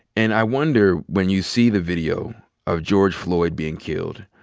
and i wonder when you see the video of george floyd being killed,